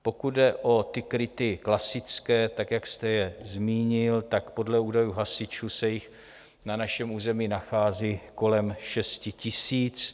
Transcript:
Pokud jde o ty kryty klasické tak, jak jste je zmínil, podle údajů hasičů se jich na našem území nachází kolem šesti tisíc.